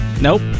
Nope